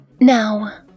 Now